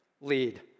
Lead